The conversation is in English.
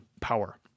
power